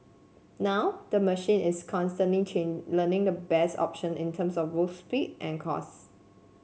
now the machine is constantly change learning the best option in terms of both speed and cost